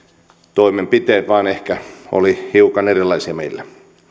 toimenpiteet vain ehkä olivat hiukan erilaisia meillä